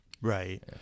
Right